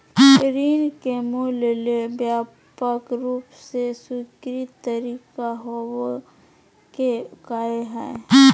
ऋण के मूल्य ले व्यापक रूप से स्वीकृत तरीका होबो के कार्य हइ